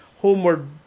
homeward